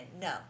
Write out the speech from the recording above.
No